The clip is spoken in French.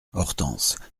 hortense